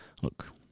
Look